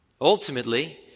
Ultimately